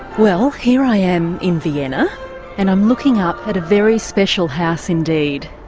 well, here i am in vienna and i'm looking up at a very special house indeed